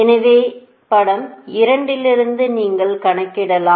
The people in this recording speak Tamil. எனவே படம் 2 இலிருந்து நீங்கள் கணக்கிடலாம்